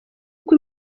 uko